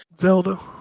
Zelda